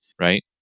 right